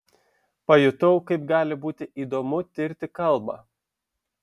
pajutau kaip gali būti įdomu tirti kalbą